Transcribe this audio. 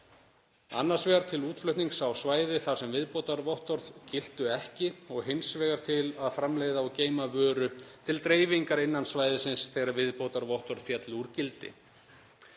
annars vegar til útflutnings á svæði þar sem viðbótarvottorð giltu ekki og hins vegar til að framleiða og geyma vöru til dreifingar innan svæðisins þegar viðbótarvottorð féllu úr gildi.